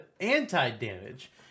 anti-damage